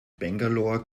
bangalore